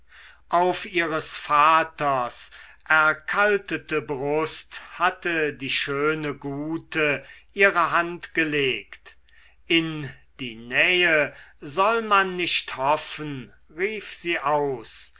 auf ihres vaters erkaltete brust hatte die schöne gute ihre hand gelegt in die nähe soll man nicht hoffen rief sie aus